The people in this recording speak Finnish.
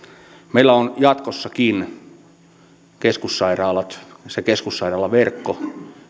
meillä on jatkossakin keskussairaalat se keskussairaalaverkko